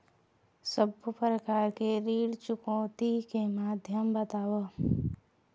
सब्बो प्रकार ऋण चुकौती के माध्यम बताव?